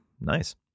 Nice